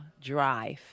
drive